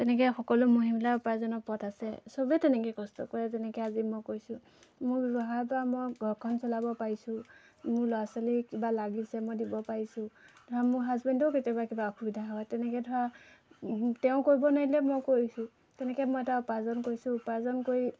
তেনেকৈ সকলো মহিলা উপাৰ্জনৰ পথ আছে চবেই তেনেকৈ কষ্ট কৰে যেনেকৈ আজি মই কৰিছোঁ মোৰ ব্যৱহাৰ পৰা মই ঘৰখন চলাব পাৰিছোঁ মোৰ ল'ৰা ছোৱালী কিবা লাগিছে মই দিব পাৰিছোঁ ধৰা মোৰ হাজবেণ্ডেও কেতিয়াবা কিবা অসুবিধা হয় তেনেকৈ ধৰা তেওঁ কৰিব নোৱাৰিলে মই কয়িছোঁ তেনেকৈ মই এটা উপাৰ্জন কৰিছোঁ উপাৰ্জন কৰি